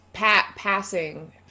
passing